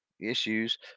issues